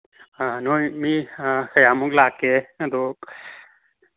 ꯑꯥ ꯅꯣꯏ ꯃꯤ ꯀꯌꯥꯃꯨꯛ ꯂꯥꯛꯀꯦ ꯑꯗꯣ